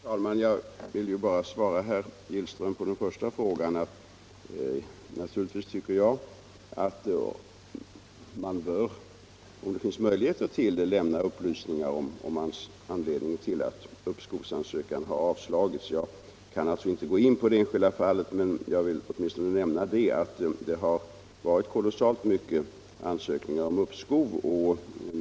Herr talman! Jag vill bara svara herr Gillström på den första frågan. Naturligtvis tycker jag att man, om det finns möjligheter till det, bör lämna upplysningar om anledningen till att uppskovsansökan har avslagits. Jag kan naturligtvis inte gå in på det enskilda fallet, men jag vill åtminstone nämna att det har varit kolossalt många ansökningar om uppskov.